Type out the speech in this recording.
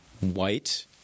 white